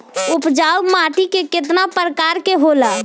उपजाऊ माटी केतना प्रकार के होला?